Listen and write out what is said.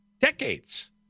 decades